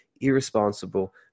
irresponsible